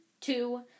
two